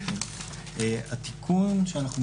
התקנות,